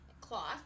cloth